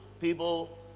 people